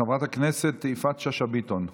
חברת הכנסת יפעת שאשא ביטון.